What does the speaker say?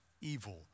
evil